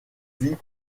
vit